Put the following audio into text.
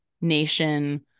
nation